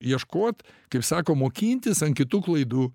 ieškot kaip sako mokintis ant kitų klaidų